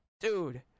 dude